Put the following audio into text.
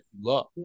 love